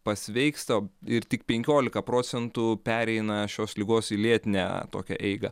pasveiksta ir tik penkiolika procentų pereina šios ligos į lėtinę tokią eigą